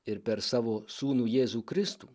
ir per savo sūnų jėzų kristų